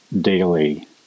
daily